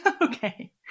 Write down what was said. Okay